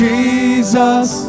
Jesus